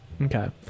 Okay